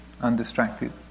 undistracted